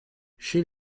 chez